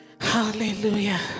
Hallelujah